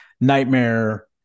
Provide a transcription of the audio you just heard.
nightmare